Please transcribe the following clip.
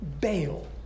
bail